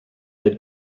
had